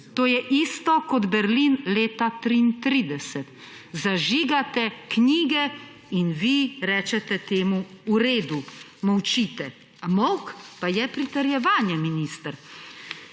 To je isto kot Berlin leta 1933. Zažigate knjige in vi rečete temu v redu. Molčite. Molk pa je pritrjevanje, minister.